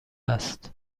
است